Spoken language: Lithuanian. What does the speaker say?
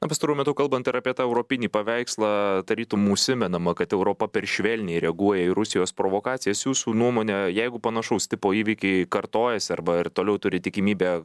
o pastaruoju metu kalbant ir apie tą europinį paveikslą tarytum užsimenama kad europa per švelniai reaguoja į rusijos provokacijas jūsų nuomone jeigu panašaus tipo įvykiai kartojasi arba ir toliau turi tikimybę